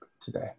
today